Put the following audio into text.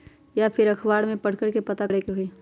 या फिर अखबार में पढ़कर के पता करे के होई?